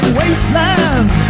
wasteland